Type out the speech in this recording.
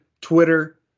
twitter